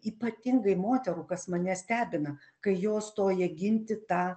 ypatingai moterų kas mane stebina kai jos stoja ginti tą